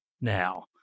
now